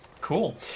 Cool